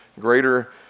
greater